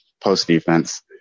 post-defense